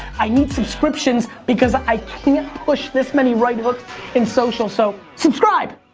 i need subscriptions because i can't push this many regular in social, so subscribe!